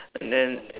and then